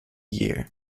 year